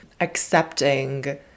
Accepting